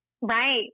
Right